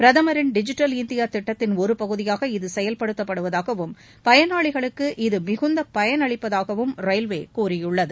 பிரதமரின் digital India திட்டத்தின் ஒரு பகுதியாக இது செயல்படுத்தப்படுவதாகவும் பயணிகளுக்கு இது மிகுந்த பயன் அளிப்பதாகவும் ரயில்வே கூறியுள்ளது